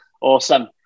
Awesome